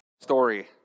story